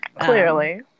clearly